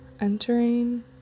entering